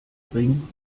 ring